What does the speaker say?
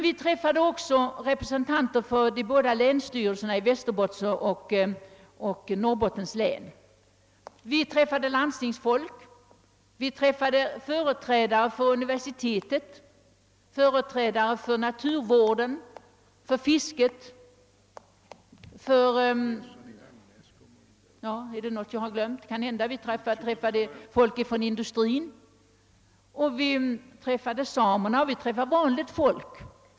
Vi träffade också representanter för länsstyrelserna i Västerbottens och Norrbottens län. Vi träffade landstingsfolk, företrädare för universitetet, för naturvården, för fisket, för turismen. Vi träffade folk från industrin, samerna och »vanligt folk».